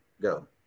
go